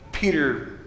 Peter